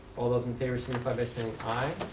all those in favor signify by saying aye.